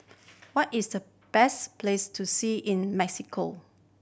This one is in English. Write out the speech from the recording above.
what is the best place to see in Mexico